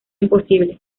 imposible